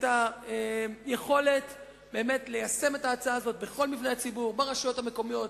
את היכולת באמת ליישם את ההצעה הזאת בכל מבני הציבור: ברשויות המקומיות,